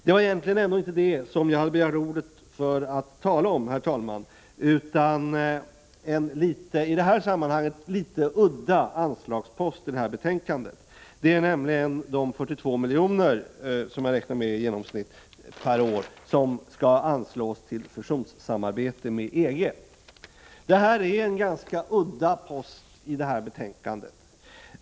Det var egenligen inte av denna anledning som jag begärde ordet utan för att tala om en i detta sammanhang litet udda anslagspost i detta betänkande, nämligen de 42 milj.kr. i genomsnitt per år som skall anslås till fusionssamarbete med EG. Det är en ganska udda post i detta betänkande.